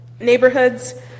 neighborhoods